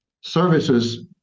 services